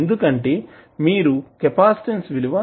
ఎందుకంటే మీరు కెపాసిటన్స్ విలువ